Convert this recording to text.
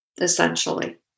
essentially